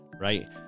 right